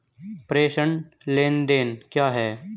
प्रेषण लेनदेन क्या है?